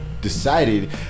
decided